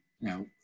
Now